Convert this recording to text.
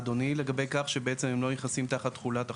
לגבי מה קורה אם לא נכנסים תחת תחולת החוק,